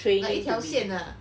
like 一条线的 ah